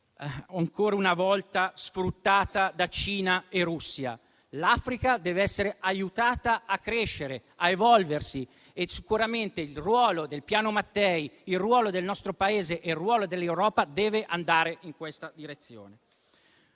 ancora una volta sfruttata da Cina e Russia. L'Africa deve essere aiutata a crescere, a evolversi, e sicuramente il ruolo del Piano Mattei, quello del nostro Paese e quello dell'Europa devono andare in questa direzione.